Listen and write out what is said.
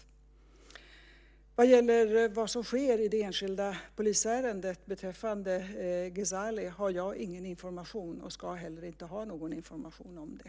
När det gäller vad som sker i det enskilda polisärendet beträffande Ghezali har jag ingen information, och ska heller inte ha någon information om det.